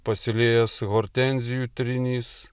pasiliejęs hortenzijų trynys